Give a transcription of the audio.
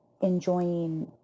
enjoying